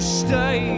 stay